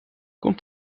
komt